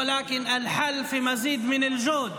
ואנו חושבים שהפתרון אינו בגיוס נוסף,